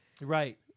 Right